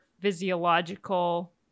physiological